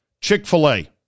Chick-fil-A